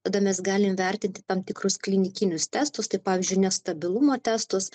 tada mes galim vertinti tam tikrus klinikinius testus tai pavyzdžiui nestabilumo testus